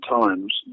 times